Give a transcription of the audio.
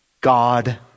God